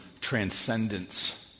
transcendence